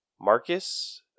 Marcus